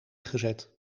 gezet